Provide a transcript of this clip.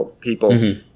people